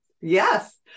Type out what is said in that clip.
yes